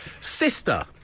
Sister